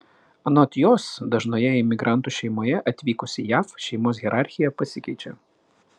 anot jos dažnoje imigrantų šeimoje atvykus į jav šeimos hierarchija pasikeičia